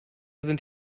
sind